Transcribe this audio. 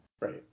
Right